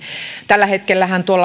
tällä hetkellähän